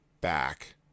back